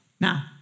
Now